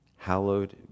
Hallowed